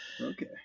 Okay